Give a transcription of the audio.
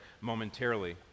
momentarily